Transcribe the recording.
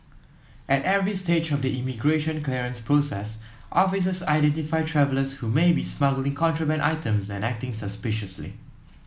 at every stage of the immigration clearance process officers identify travellers who may be smuggling contraband items and acting suspiciously